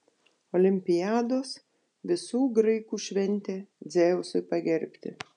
olimpiados visų graikų šventė dzeusui pagerbti